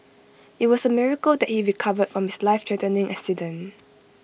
IT was A miracle that he recovered from his lifethreatening accident